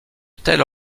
telle